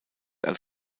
als